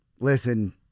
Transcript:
listen